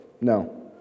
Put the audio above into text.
No